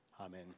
Amen